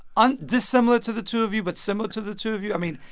aren't dissimilar to the two of you but similar to the two of you. i mean,